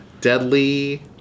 Deadly